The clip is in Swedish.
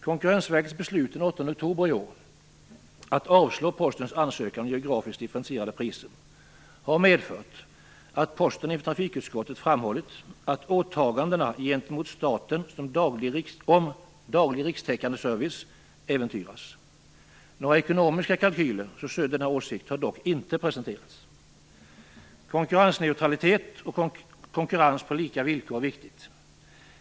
Konkurrensverkets beslut den 8 oktober i år, att avslå Postens ansökan om geografiskt differentierade priser, har medfört att Posten inför trafikutskottet framhållit att åtagandena gentemot staten om daglig rikstäckande service äventyras. Några ekonomiska kalkyler som stöder denna åsikt har dock inte presenterats. Konkurrensneutralitet och konkurrens på lika villkor är viktigt.